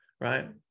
right